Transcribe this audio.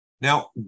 Now